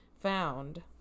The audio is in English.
found